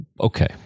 Okay